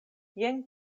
jen